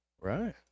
right